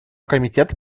комитет